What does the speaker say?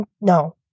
no